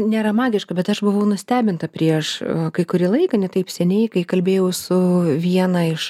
nėra magiška bet aš buvau nustebinta prieš kai kurį laiką ne taip seniai kai kalbėjau su viena iš